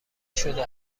شده